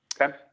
Okay